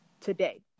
today